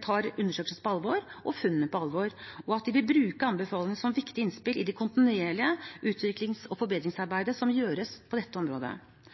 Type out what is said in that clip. tar undersøkelsen og funnene på alvor, og at hun vil bruke anbefalingene som viktige innspill i det kontinuerlige utviklings- og forbedringsarbeidet som gjøres på dette området.